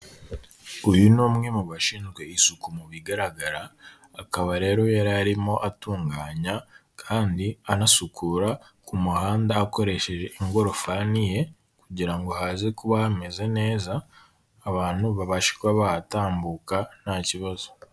Uyu ni umwe mu bashinzwe isuku mu bigaragara, akaba rero yari arimo atunganya kandi anasukura ku muhanda akoresheje ingorofani ye kugira ngo haze kuba hameze neza, abantu babashe kuba bahatambuka nta kibazo.